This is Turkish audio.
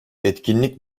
etkinlik